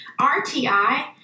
RTI